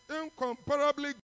incomparably